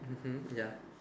mmhmm ya